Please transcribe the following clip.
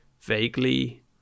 vaguely